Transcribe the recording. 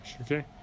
okay